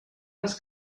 les